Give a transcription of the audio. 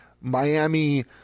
Miami